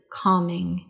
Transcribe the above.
calming